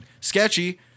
sketchy